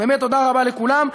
באמת תודה רבה לכולם.